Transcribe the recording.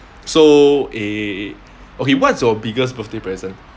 so eh okay what's your biggest birthday present